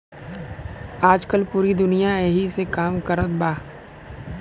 आजकल पूरी दुनिया ऐही से काम कारत बा